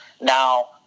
now